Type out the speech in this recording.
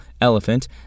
Elephant